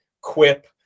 quip